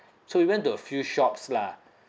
so we went to a few shops lah